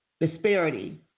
disparity